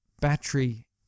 battery